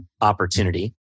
opportunity